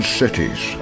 cities